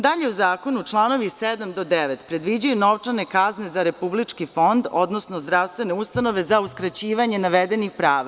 Dalje, u zakonu članovi 7. do 9. predviđaju novčane kazne za Republički fond, odnosno zdravstvene ustanove za uskraćivanje navedenih prava.